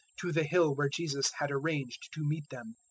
to the hill where jesus had arranged to meet them.